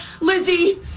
Lizzie